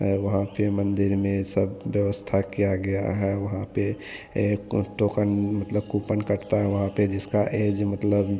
वहाँ पर मंदिर में सब व्यवस्था किया गया है वहाँ पर क टोकन मतलब कूपन कटता है वहाँ पर जिसका ऐज मतलब